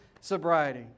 sobriety